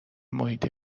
محیط